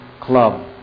club